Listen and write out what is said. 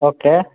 okay